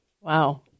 Wow